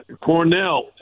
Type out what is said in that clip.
Cornell